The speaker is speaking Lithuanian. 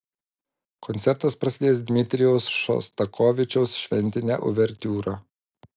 koncertas prasidės dmitrijaus šostakovičiaus šventine uvertiūra